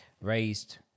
raised